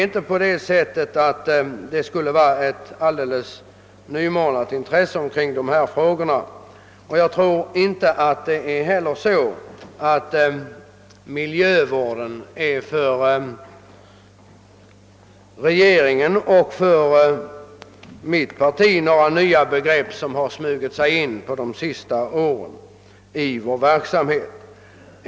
Intresset kring dessa frågor är inte helt nymornat, och jag tror inte heller att miljövården för regeringen och för mitt parti är några nya begrepp som smugit sig in under de senaste åren av vår verksamhet.